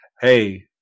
Hey